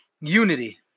unity